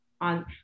on